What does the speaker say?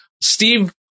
Steve